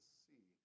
see